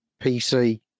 pc